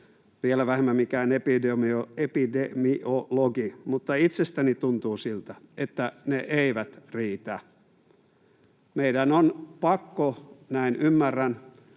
vielä vähemmän mikään epidemiologi — että ne eivät riitä. Meidän on pakko, näin ymmärrän,